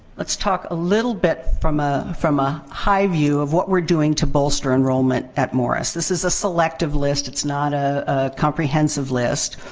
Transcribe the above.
let's talk a little bit from a from a high view of what we're doing to bolster enrollment at morris. this is a selective list. it's not a comprehensive list.